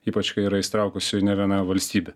ypač kai yra įsitraukusi ir ne viena valstybė